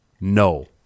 No